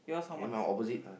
then mine opposite ah